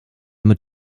mit